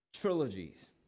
trilogies